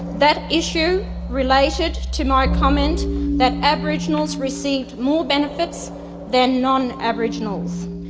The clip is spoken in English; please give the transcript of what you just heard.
that issue related to my comment that aboriginals received more benefits than non-aboriginals.